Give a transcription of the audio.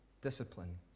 discipline